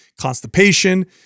constipation